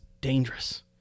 dangerous